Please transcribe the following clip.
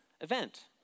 event